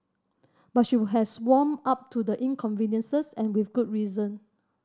but she would has warmed up to the inconveniences and with good reason